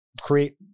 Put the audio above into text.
create